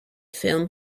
film